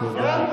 יצביעו.